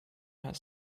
her